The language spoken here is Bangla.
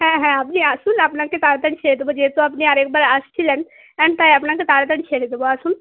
হ্যাঁ হ্যাঁ আপনি আসুন আপনাকে তাড়াতাড়ি ছেড়ে দেবো যেহেতু আপনি আরেকবার এসেছিলেন তাই আপনাকে তাড়াতাড়ি ছেড়ে দেবো আসুন